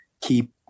keep